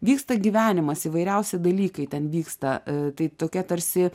vyksta gyvenimas įvairiausi dalykai ten vyksta a tai tokia tarsi